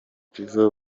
jizzo